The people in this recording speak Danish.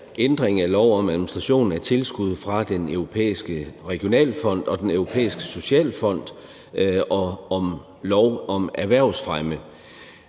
ændring af lov om administration af tilskud fra Den Europæiske Regionalfond og Den Europæiske Socialfond og lov om erhvervsfremme.